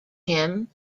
him